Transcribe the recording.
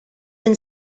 been